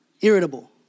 Irritable